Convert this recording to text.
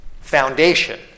foundation